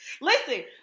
listen